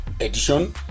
edition